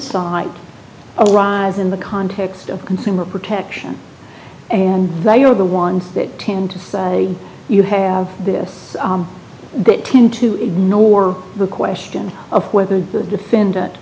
cite arise in the context of consumer protection and they are the ones that tend to say you have this that tend to ignore the question of whether the defendant